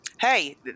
Hey